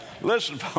Listen